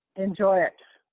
enjoy it.